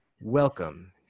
welcome